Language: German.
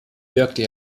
wirkte